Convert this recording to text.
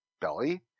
belly